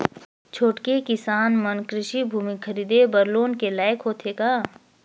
छोटके किसान मन कृषि भूमि खरीदे बर लोन के लायक होथे का?